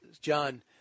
John